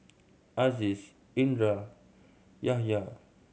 Aziz Indra Yahaya